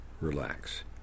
relax